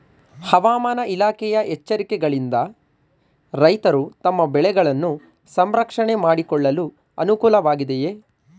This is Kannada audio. ಹವಾಮಾನ ಇಲಾಖೆಯ ಎಚ್ಚರಿಕೆಗಳಿಂದ ರೈತರು ತಮ್ಮ ಬೆಳೆಗಳನ್ನು ಸಂರಕ್ಷಣೆ ಮಾಡಿಕೊಳ್ಳಲು ಅನುಕೂಲ ವಾಗಿದೆಯೇ?